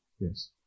Yes